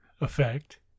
effect